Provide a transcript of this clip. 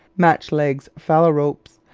match-legged phalaropes,